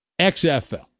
XFL